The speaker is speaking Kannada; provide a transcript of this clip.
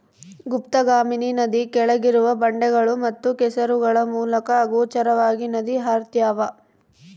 ಗುಪ್ತಗಾಮಿನಿ ನದಿ ಕೆಳಗಿರುವ ಬಂಡೆಗಳು ಮತ್ತು ಕೆಸರುಗಳ ಮೂಲಕ ಅಗೋಚರವಾಗಿ ನದಿ ಹರ್ತ್ಯಾವ